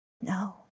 No